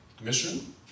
mission